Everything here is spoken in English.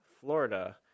Florida